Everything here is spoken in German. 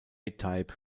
type